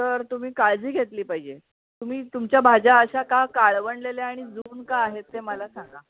sir तुम्ही काळजी घेतली पाहिजे तुम्ही तुमच्या भाज्या अशा का काळवंडलेल्या आणि जून का आहेत ते मला सांगा